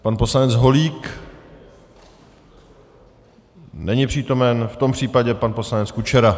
Pan poslanec Holík není přítomen, v tom případě pan poslanec Kučera.